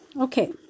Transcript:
Okay